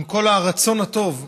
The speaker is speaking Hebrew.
עם כל הרצון הטוב,